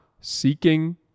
seeking